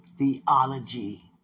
Theology